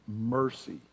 mercy